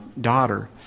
daughter